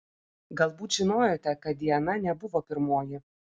galbūt žinojote kad diana nebuvo pirmoji